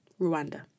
Rwanda